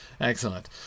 excellent